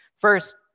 First